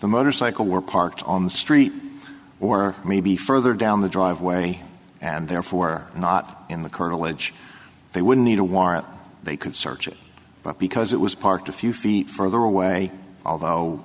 the motorcycle were parked on the street or maybe further down the driveway and therefore not in the car milledge they would need a warrant they could search it but because it was parked a few feet further away although